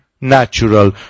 natural